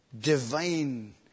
divine